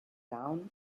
down